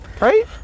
right